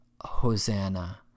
Hosanna